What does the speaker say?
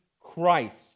Christ